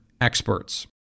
experts